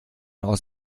aus